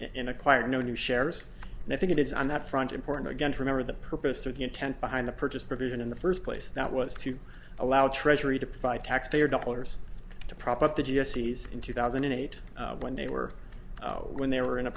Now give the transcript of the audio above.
acquiring new shares and i think it is on that front important again to remember the purpose of the intent behind the purchase provision in the first place that was to allow the treasury to provide taxpayer dollars to prop up the g s ease in two thousand and eight when they were when they were in a